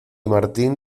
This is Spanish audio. martín